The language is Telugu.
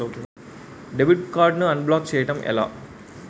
డెబిట్ కార్డ్ ను అన్బ్లాక్ బ్లాక్ చేయటం ఎలా?